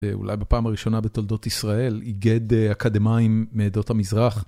אולי בפעם הראשונה בתולדות ישראל, איגד אקדמאים מעדות המזרח.